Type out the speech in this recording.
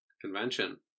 convention